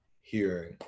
hearing